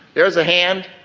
there's a hand,